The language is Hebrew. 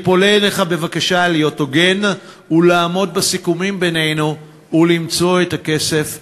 אני פונה אליך בבקשה להיות הוגן ולעמוד בסיכומים בינינו ולמצוא את הכסף.